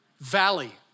valley